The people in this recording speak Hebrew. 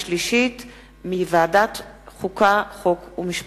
זו היא מיזוג של שתי הצעות חוק: הצעת חוק העונשין (תיקון מס'